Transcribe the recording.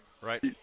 right